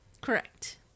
Correct